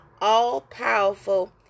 all-powerful